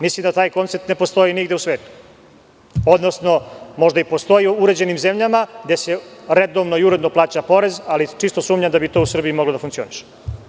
Mislim da taj koncept ne postoji nigde u svetu, odnosno, možda i postoji u uređenim zemljama, gde se redovno i uredno plaća porez, ali čisto sumnjam da bi to u Srbiji moglo da funkcioniše.